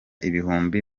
ibihumbi